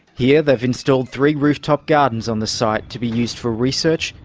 here they've installed three rooftop gardens on the site to be used for research,